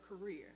career